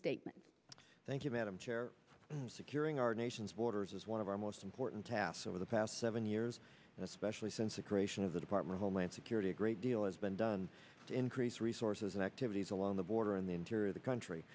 statement thank you madam chair securing our nation's borders is one of our most important tasks over the past seven years especially since the creation of the department homeland security a great deal has been done to increase resources and activities along the border in the interior the country